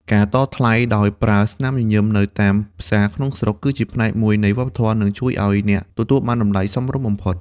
ការតថ្លៃដោយប្រើស្នាមញញឹមនៅតាមផ្សារក្នុងស្រុក គឺជាផ្នែកមួយនៃវប្បធម៌ និងជួយឱ្យអ្នកទទួលបានតម្លៃសមរម្យបំផុត។